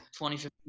2015